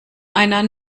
einer